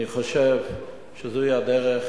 אני חושב שזוהי הדרך